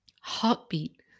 heartbeat